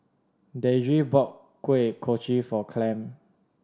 Deidre bought Kuih Kochi for Clem